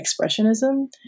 expressionism